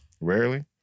Rarely